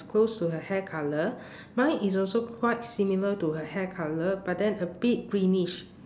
it's close to her hair colour mine is also quite similar to her hair colour but then a bit greenish